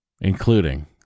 including